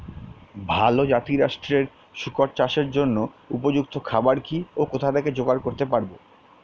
ভালো জাতিরাষ্ট্রের শুকর চাষের জন্য উপযুক্ত খাবার কি ও কোথা থেকে জোগাড় করতে পারব?